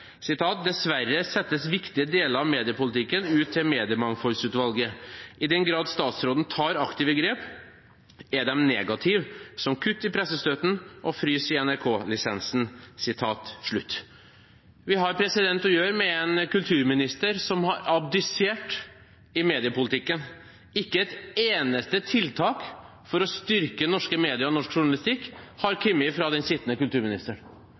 settes viktige deler av mediepolitikken ut til Mediemangfoldsutvalget. I den grad statsråden tar aktive grep, er de negative som kutt i pressestøtten og frys i NRK-lisensen.» Vi har å gjøre med en kulturminister som har abdisert i mediepolitikken. Ikke et eneste tiltak for å styrke norske medier og norsk journalistikk har kommet fra den sittende kulturministeren.